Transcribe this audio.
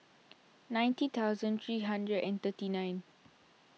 ninty thousand three hundred and thirty nine